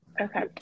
okay